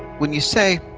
when you say,